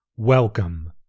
Welcome